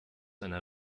einer